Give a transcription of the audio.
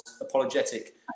apologetic